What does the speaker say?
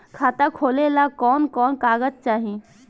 खाता खोलेला कवन कवन कागज चाहीं?